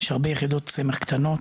יש הרבה יחידות סמך קטנות,